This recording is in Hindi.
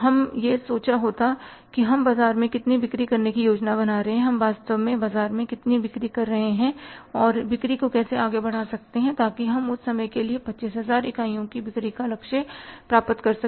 हम यह सोचा होता कि हम बाजार में कितनी बिक्री करने की योजना बना रहे हैं हम वास्तव में बाजार में कितनी बिक्री कर रहे हैं और बिक्री को कैसे आगे बढ़ा सकते हैं ताकि हम उस समय के लिए 25000 इकाइयों की बिक्री का लक्ष्य प्राप्त कर सकें